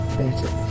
better